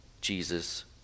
Jesus